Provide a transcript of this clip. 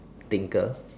thinker